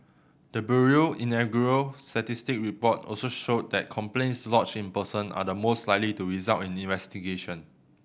the bureau inaugural statistic report also showed that complaints lodged in person are the most likely to result in investigation